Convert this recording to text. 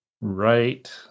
Right